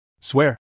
Swear